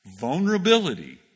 vulnerability